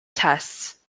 tests